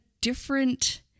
different